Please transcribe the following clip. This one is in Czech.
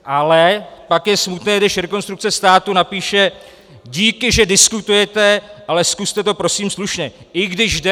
Ale pak je smutné, když Rekonstrukce státu napíše: díky, že diskutujete, ale zkuste to prosím slušně, i když jde o politiku.